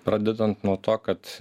pradedant nuo to kad